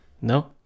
No